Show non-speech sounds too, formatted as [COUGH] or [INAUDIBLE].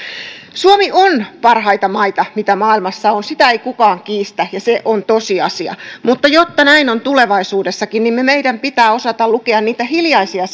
suomi on parhaita maita mitä maailmassa on sitä ei kukaan kiistä ja se on tosiasia mutta jotta näin on tulevaisuudessakin niin meidän pitää osata lukea niitä hiljaisia [UNINTELLIGIBLE]